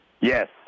Yes